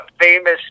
famous